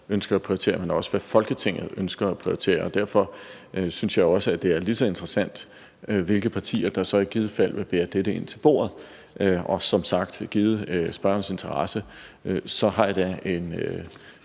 ønsker at prioritere, men også, hvad Folketinget ønsker at prioritere. Derfor synes jeg også, at det er lige så interessant, hvilke partier der i givet fald vil bære dette ind til bordet. Og som sagt, givet spørgerens interesse, så har jeg da en